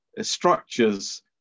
structures